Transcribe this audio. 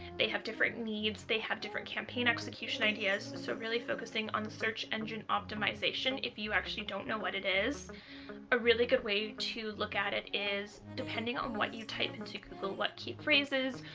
they have different needs they have different campaign execution ideas so really focusing on the search engine optimization, if you actually don't know what it is a really good way to look at it is depending on what you type into google, what key phrases,